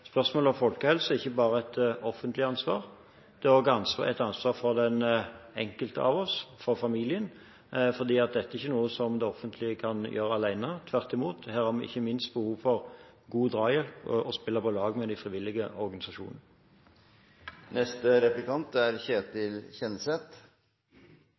spørsmålet om folkehelse ikke bare er et offentlig ansvar. Det er også et ansvar for den enkelte av oss, for familien, for dette er ikke noe det offentlige kan gjøre alene. Tvert imot, her har vi ikke minst behov for god drahjelp fra og å spille på lag med de frivillige organisasjonene. Personvern er